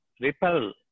Repel